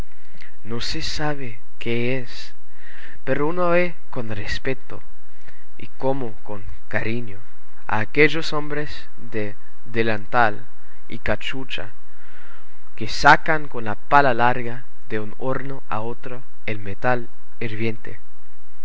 pero uno ve con respeto y como con cariño a aquellos hombres de delantal y cachucha que sacan con la pala larga de un horno a otro el metal hirviente